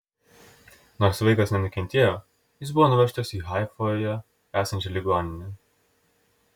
nors vaikas nenukentėjo jis buvo nuvežtas į haifoje esančią ligoninę